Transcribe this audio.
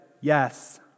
Yes